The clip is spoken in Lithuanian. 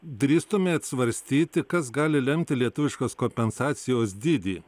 drįstumėt svarstyti kas gali lemti lietuviškos kompensacijos dydį